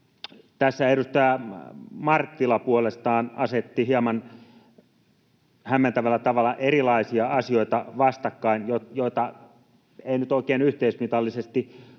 tässä edustaja Marttila puolestaan asetti hieman hämmentävällä tavalla vastakkain erilaisia asioita, joita ei nyt oikein yhteismitallisesti kannattaisi